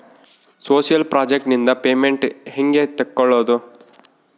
Social project ನಿಂದ payment ಹೆಂಗೆ ತಕ್ಕೊಳ್ಳದು?